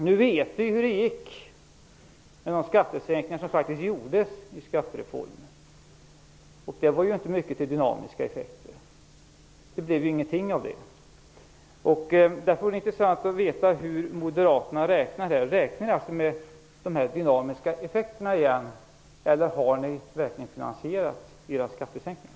Nu vet vi hur det gick med de skattesänkningar som faktiskt gjordes i skattereformen - och de gav inte mycket till dynamiska effekter. Det blev ingenting av det. Därför vore det intressant att veta hur moderaterna räknar här. Räknar ni med dessa dynamiska effekter igen, eller har ni verkligen finansierat era skattesänkningar?